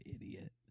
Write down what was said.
idiot